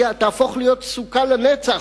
תהפוך להיות סוכה לנצח,